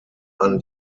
man